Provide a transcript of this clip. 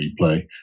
replay